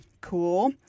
cool